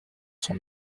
sont